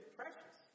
precious